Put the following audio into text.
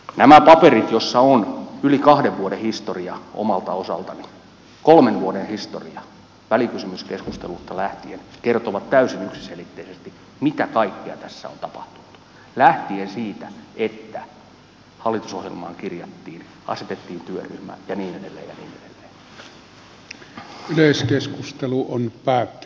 nämä paperit joissa on yli kahden vuoden historia omalta osaltani kolmen vuoden historia välikysymyskeskustelusta lähtien kertovat täysin yksiselitteisesti mitä kaikkea tässä on tapahtunut lähtien siitä että hallitusohjelmaan kirjattiin asetettiin työryhmä ja niin edelleen